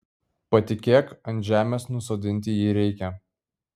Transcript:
patikėk ant žemės nusodinti jį reikia